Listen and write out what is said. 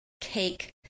cake